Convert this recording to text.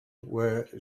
were